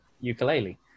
Ukulele